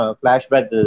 flashback